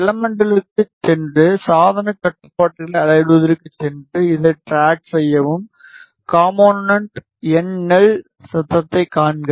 எலமென்ட்களுக்குச் சென்று சாதனக் கட்டுப்பாடுகளை அளவிடுவதற்குச் சென்று இதை ட்ராக் செய்யவும் காம்போனென்ட் என் எல் சத்தத்தைக் காண்க